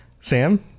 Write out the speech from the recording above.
sam